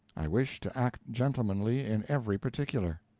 i wish to act gentlemanly in every particular.